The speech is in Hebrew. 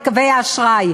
את קווי האשראי,